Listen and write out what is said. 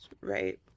right